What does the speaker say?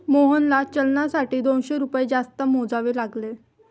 मोहनला चलनासाठी दोनशे रुपये जास्त मोजावे लागले